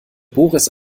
boris